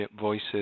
voices